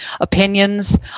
opinions